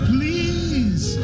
Please